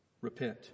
repent